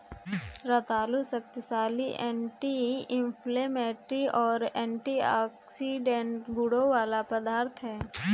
रतालू शक्तिशाली anti inflammatory और एंटीऑक्सीडेंट गुणों वाला पदार्थ है